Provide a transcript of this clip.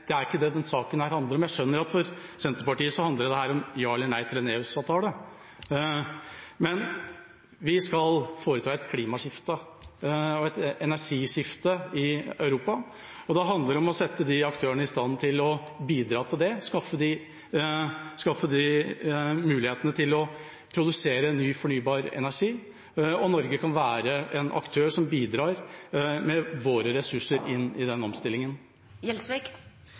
saken handler om. Jeg skjønner at dette for Senterpartiet handler om et ja eller et nei til en EØS-avtale. Vi skal foreta et klimaskifte og et energiskifte i Europa, og da handler det om å sette aktørene i stand til å bidra til det og skaffe dem muligheten til å produsere ny fornybar energi. Norge kan være en aktør som bidrar med våre ressurser i den omstillingen.